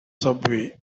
subway